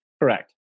Correct